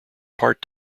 part